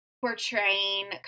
portraying